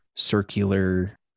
circular